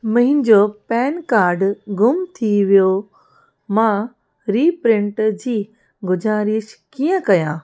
मुहिंजो PAN card गुम थी वियो मां रीप्रिंट जी गुज़ारिश कीअं कयां